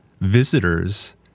visitors